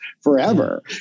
forever